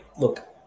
look